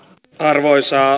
n arvoisena